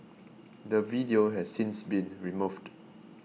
the video has since been removed